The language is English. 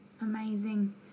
Amazing